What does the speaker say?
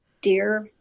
dear